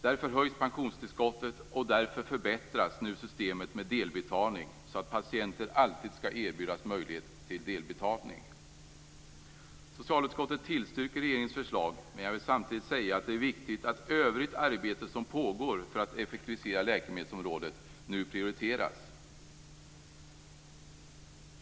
Därför höjs pensionstillskottet och systemet med delbetalning förbättras, så att patienter alltid skall erbjudas möjlighet till delbetalning. Samtidigt är det viktigt att övrigt arbete som pågår för att effektivisera läkemedelsområdet nu prioriteras.